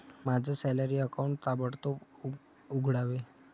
माझं salary account ताबडतोब उघडावे